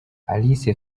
alice